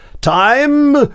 time